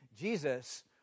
Jesus